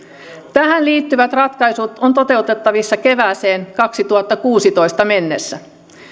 tähän liittyvät ratkaisut ovat toteutettavissa kevääseen kaksituhattakuusitoista mennessä